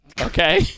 okay